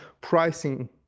pricing